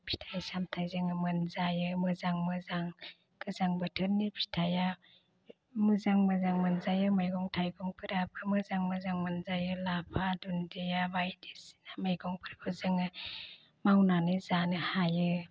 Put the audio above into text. फिथाइ सामथाइ जोङो मोनजायो मोजां मोजां गोजां बोथोरनि फिथाइआ मोजां मोजां मोनजायो मैगं थाइगंफोराबो मोजां मोजां मोनजायो लाफा दुन्दिया बायदिसिना मैगंफोरखौ जोङो मावनानै जानो हायो